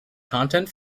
content